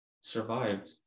survived